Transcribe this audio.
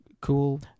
cool